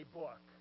book